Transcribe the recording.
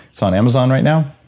it's on amazon right now?